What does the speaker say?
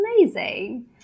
amazing